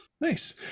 nice